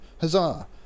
huzzah